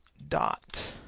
dot.